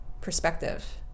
perspective